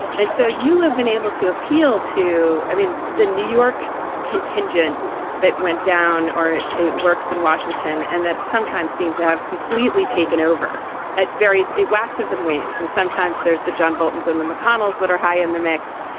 and so you have been able to appeal to i mean, the new york contingent that went down. or is it works in washington and that sometimes seem to have completely taken over at various it waxes and wanes. and sometimes there's the john bolton's and the mcconnells that are high in the mix.